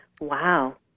Wow